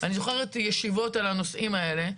אני זוכרת ישיבות על הנושאים האלה.